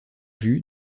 vue